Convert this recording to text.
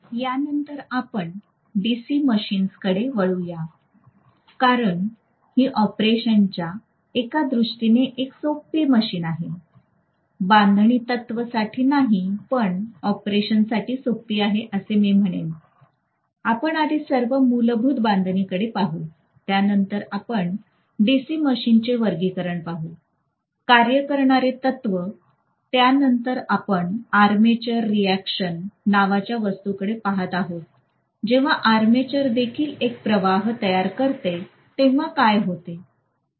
यानंतर आपण डीसी मशीन्सकडे वळूयात कारण ही ऑपरेशनच्या कार्यपध्द्तीच्यादृष्टीने एक सोपी मशीन आहे बांधणी तत्त्व साठी नाही पण ऑपरेशनसाठी सोपी आहे असं मी म्हणेन आपण आधी सर्व मूलभूत बांधणी कडे पाहू त्यानंतर आपण डीसी मशीनचे वर्गीकरण पाहू कार्य करणारे तत्त्व त्यानंतर आपण आर्मेचर रिएक्शन नावाच्या वस्तूकडे पहात आहोत जेव्हा आर्मेचर देखील काही प्रवाह तयार करते तेव्हा काय होते